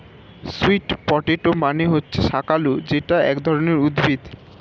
sweet potato মানে হচ্ছে শাকালু যেটা এক ধরনের উদ্ভিদ